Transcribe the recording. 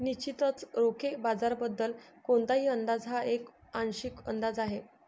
निश्चितच रोखे बाजाराबद्दल कोणताही अंदाज हा एक आंशिक अंदाज आहे